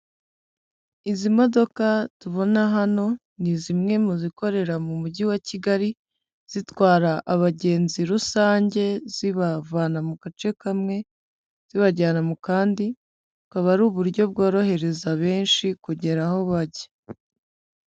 Izi modoka tubona hano ni zimwe mu zikorera mu mujyi wa Kigali zitwara abagenzi rusange, zibavana mu gace kamwe zibajyana mu kandi, bukaba ari uburyo bworohereza benshi kugera aho bajya.